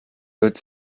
wird